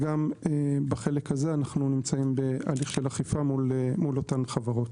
גם בחלק הזה אנו נמצאים בהליך של אכיפה מול אותן חברות.